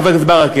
חבר הכנסת ברכה,